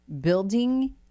building